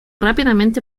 rápidamente